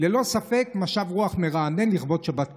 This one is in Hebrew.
ללא ספק משב רוח מרענן לכבוד שבת קודש,